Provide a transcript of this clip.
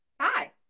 Hi